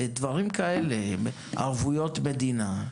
דברים כאלה, עם ערבויות מדינה,